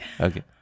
Okay